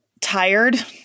Tired